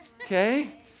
Okay